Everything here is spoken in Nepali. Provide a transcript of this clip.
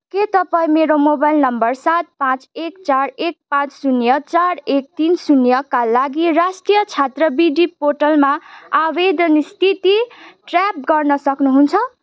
के तपाईँँ मेरो मोबाइल नम्बर सात पाँच एक चार एक पाँच शून्य चार एक तिन शून्य का लागि राष्ट्रिय छात्रवृत्ति पोर्टलमा आवेदन स्थिति ट्र्याक गर्न सक्नुहुन्छ